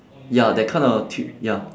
ya that kind of t~ ya